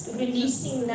releasing